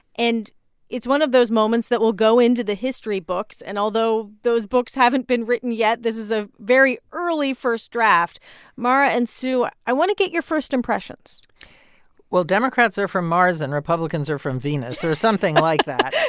and it's one of those moments that will go into the history books. and although those books haven't been written yet this is a very early first draft mara and sue, i want to get your first impressions well, democrats are from mars, and republicans are from venus, or something like that.